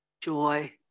joy